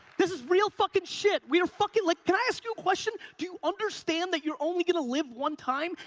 this is real fuckin shit. we are fuckin like, can i ask you a question? do you understand that you're only gonna live one time?